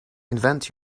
invent